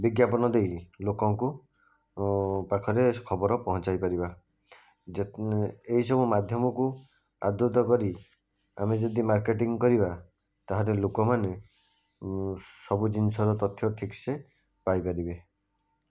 ବିଜ୍ଞାପନ ଦେଇ ଲୋକଙ୍କ ପାଖରେ ଖବର ପହଞ୍ଚାଇ ପାରିବା ଯେ ଏହିସବୁ ମାଧ୍ୟମକୁ ଆଦୃତ କରି ଆମେ ଯଦି ମାର୍କେଟିଂ କରିବା ତାହେଲେ ଲୋକମାନେ ସବୁ ଜିନିଷର ତଥ୍ୟ ଠିକ୍ସେ ପାଇ ପାରିବେ